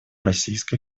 российской